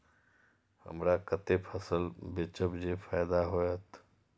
हमरा कते फसल बेचब जे फायदा होयत?